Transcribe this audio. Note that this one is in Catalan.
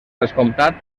descomptat